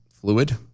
fluid